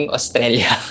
Australia